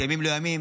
ימים לא ימים.